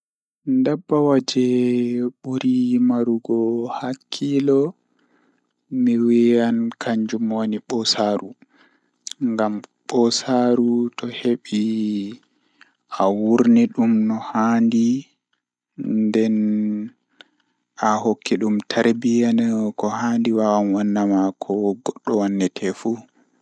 Haala e hoore mum, ɓe njangol ko tawii ɗum waawi ngaɗa fi, woni fiya ɓe e kala kaɓe e ɓe njangol. Njiɗo fiye njangol fiye waɗi ruɗɗi e haɓre dakkunde ngoondu, kadi njifti ngal.